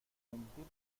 gentil